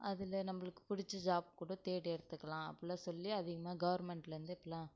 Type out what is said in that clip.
அதில் நம்பளுக்கு பிடிச்ச ஜாப் கூட தேடி எடுத்துக்கலாம் அப்பிடில்லாம் சொல்லி அதிகமாக கவர்மெண்ட்லேருந்து இப்போலாம்